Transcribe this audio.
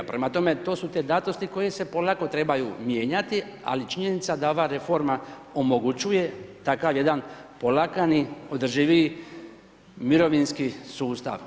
Prema tome, to su te datosti koje se polako trebaju mijenjati, ali činjenica da ova reforma omogućuje takav jedan polagani, održiviji mirovinski sustav.